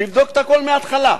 שיבדוק את הכול מההתחלה.